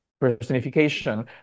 personification